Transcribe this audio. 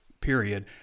period